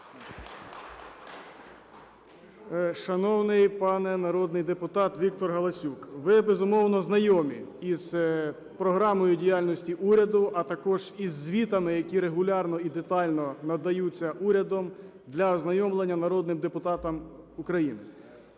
Шановний пане народний депутат Віктор Галасюк, ви, безумовно, знайомі із програмою діяльності уряду, а також із звітами, які регулярно і детально надаються урядом для ознайомлення народним депутатам України.